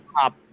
top